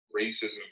racism